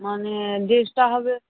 মানে ড্রেসটা হবে